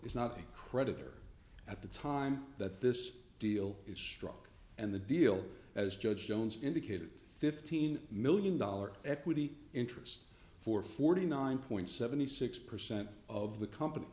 is not a creditor at the time that this deal is struck and the deal as judge jones indicated fifteen million dollars equity interest for forty nine point seventy six percent of the company